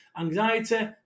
anxiety